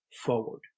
forward